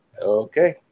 Okay